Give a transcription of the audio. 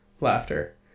Laughter